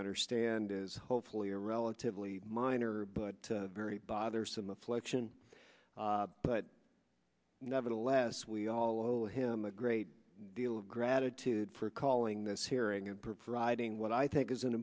understand is hopefully a relatively minor but very bothersome affliction but nevertheless we all owe him a great deal of gratitude for calling this hearing and providing what i think is an